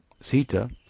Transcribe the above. Sita